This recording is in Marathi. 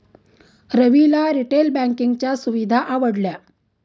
रविला रिटेल बँकिंगच्या सुविधा आवडल्या